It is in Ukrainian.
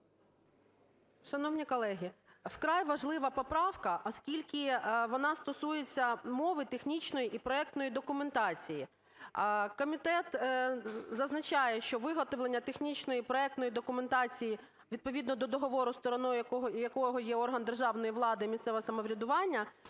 Шановні колеги, вкрай важлива поправка, оскільки вона стосується мови технічної і проектної документації. Комітет зазначає, що виготовлення технічної і проектної документації відповідно до договору, стороною якого є орган державної влади, місцеве самоврядування,